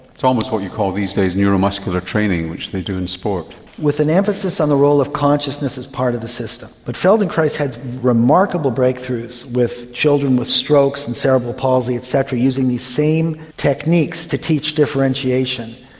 it's almost what you call these days neuromuscular training, which they do in sport. with an emphasis on the role of consciousness as part of the system. but feldenkrais has remarkable breakthroughs with children with strokes and cerebral palsy et cetera, using these same techniques to teach differentiation.